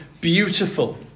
beautiful